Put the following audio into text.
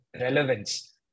relevance